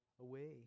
away